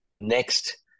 next